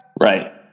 Right